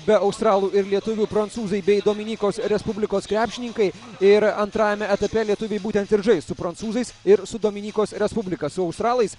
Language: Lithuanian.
be australų ir lietuvių prancūzai bei dominikos respublikos krepšininkai ir antrajame etape lietuviai būtent ir žais su prancūzais ir su dominikos respublika su australais